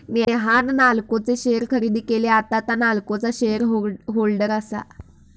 नेहान नाल्को चे शेअर खरेदी केले, आता तां नाल्कोचा शेअर होल्डर आसा